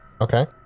okay